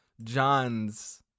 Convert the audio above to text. john's